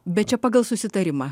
bet čia pagal susitarimą